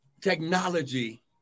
technology